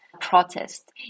Protest